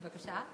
בבקשה?